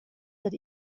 that